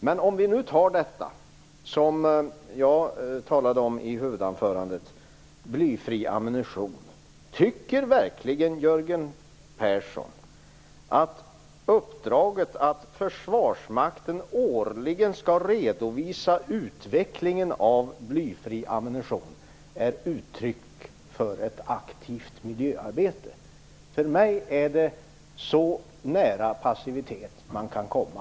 Men om vi tar det här som jag talade om i huvudanförandet, blyfri ammunition, vill jag fråga: Tycker Jörgen Persson verkligen att uppdraget att Försvarsmakten årligen skall redovisa utvecklingen av blyfri ammunition är ett uttryck för ett aktivt miljöarbete? För mig är det så nära passivitet man kan komma.